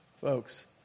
Folks